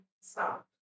stop